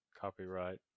copyright